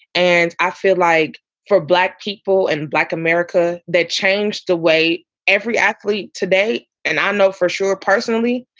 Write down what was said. and i feel like for black people and black america, that changed the way every athlete today. and i know for sure personally,